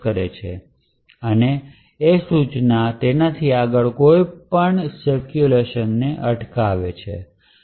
તેથી LFENCE સૂચના તેનાથી આગળની કોઈપણ સ્પેકયુલેશનને અટકાવશે